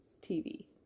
TV